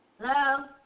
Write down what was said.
Hello